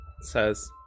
says